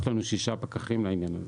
יש לנו שישה פקחים לעניין הזה.